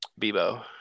Bebo